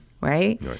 right